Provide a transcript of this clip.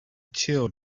chill